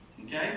Okay